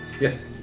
Yes